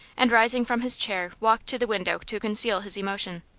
and rising from his chair walked to the window to conceal his emotion.